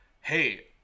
hey